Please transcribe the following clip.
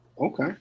Okay